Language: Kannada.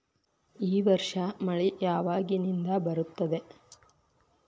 ಈ ವರ್ಷ ಮಳಿ ಯಾವಾಗಿನಿಂದ ಬರುತ್ತದೆ?